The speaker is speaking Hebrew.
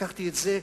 לקחתי את זה,